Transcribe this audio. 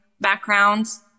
backgrounds